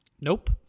Nope